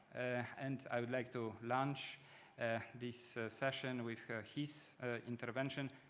and i would like to launch this session with his intervention,